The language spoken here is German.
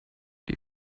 die